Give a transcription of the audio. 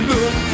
Look